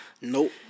Nope